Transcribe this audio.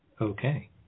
Okay